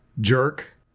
jerk